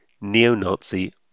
neo-Nazi